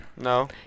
No